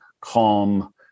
calm